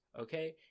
okay